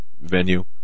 venue